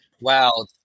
Wow